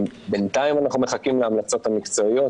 בינתיים אנחנו מחכים להמלצות המקצועיות